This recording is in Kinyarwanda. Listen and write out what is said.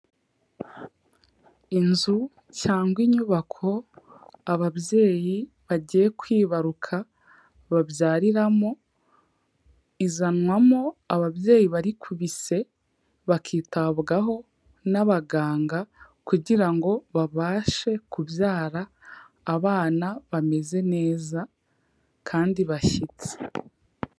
Inzu cyangwa inyubako, ababyeyi bagiye kwibaruka babyariramo, izanwamo ababyeyi bari ku bise, bakitabwaho n'abaganga, kugira ngo babashe kubyara abana bameze neza, kandi bashyitse.